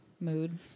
mood